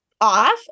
off